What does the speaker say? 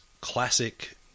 classic